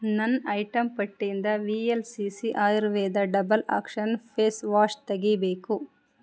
ನನ್ನ ಐಟಮ್ ಪಟ್ಟಿಯಿಂದ V L C C Ayurveda double action face wash ತೆಗೆಬೇಕು